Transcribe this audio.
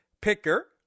picker